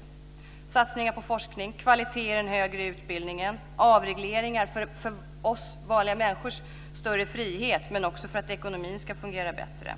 Det behövs satsningar på forskning, kvalitet i den högre utbildningen och avregleringar för att ge oss vanliga människor större frihet men också för att ekonomin ska fungera bättre.